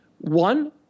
one